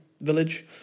village